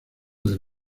del